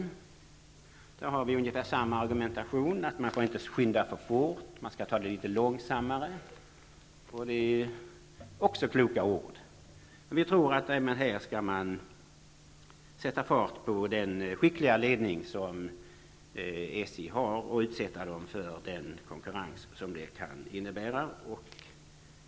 Där har Socialdemokraterna ungefär samma argumentation: Man får inte skynda för fort, man skall ta det litet långsammare. Det är också kloka ord. Vi tror att man även här skall sätta fart på den skickliga ledning som SJ har och utsätta den för den konkurrens som det kan innebära.